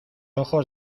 ojos